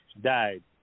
died